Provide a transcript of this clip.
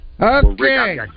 Okay